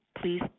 please